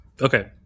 Okay